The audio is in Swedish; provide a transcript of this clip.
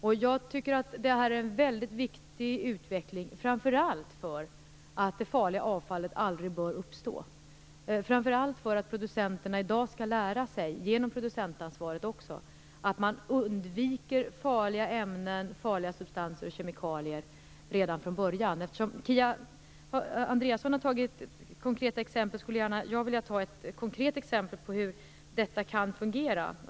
Det är en väldigt viktig utveckling, framför allt eftersom det farliga avfallet aldrig bör uppstå. Producenterna skall i dag, också genom producentansvaret, lära sig att undvika farliga ämnen, substanser och kemikalier redan från början. Eftersom Kia Andreasson har tagit upp konkreta exempel skulle jag vilja ta upp ett konkret exempel på hur detta kan fungera.